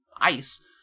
ice